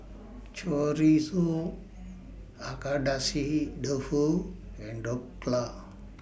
Chorizo Agedashi Dofu and Dhokla